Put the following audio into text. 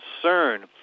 concern